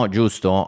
Giusto